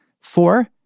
Four